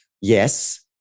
yes